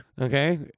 okay